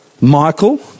Michael